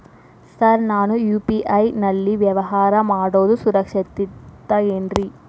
Sir ನಾನು UPI ನಲ್ಲಿ ವ್ಯವಹಾರ ಮಾಡೋದು ಸುರಕ್ಷಿತ ಏನ್ರಿ?